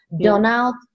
donald